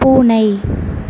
பூனை